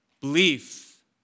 belief